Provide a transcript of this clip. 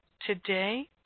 today